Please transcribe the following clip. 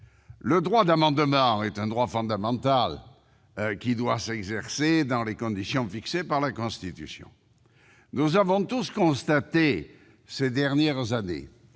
Le droit d'amendement est un droit fondamental, qui doit s'exercer dans les conditions fixées par la Constitution. Nous avons tous constaté, ces dernières années,